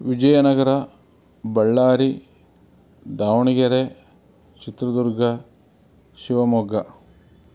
Vijayanagara Ballari Davanagere Chitradurga Shivamogga